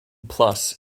plus